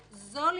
זו לצד זו,